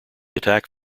attack